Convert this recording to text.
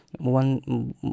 one